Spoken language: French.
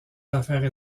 affaires